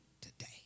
today